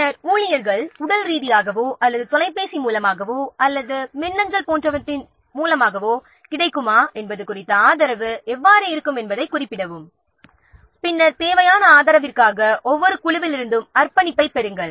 பின்னர் ஊழியர்கள் உடல் ரீதியாகவோ அல்லது தொலைபேசி மூலமாகவோ அல்லது மின்னஞ்சல் போன்றவற்றின் மூலமாகவோ ஆதரவை தருவார்களா என்பதைக் குறிப்பிடவும் பின்னர் தேவையான ஆதரவிற்காக ஒவ்வொரு குழுவிலிருந்தும் அர்ப்பணிப்பைப் பெறவும்